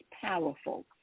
powerful